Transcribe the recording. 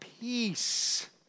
peace